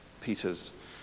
Peter's